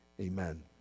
amen